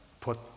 put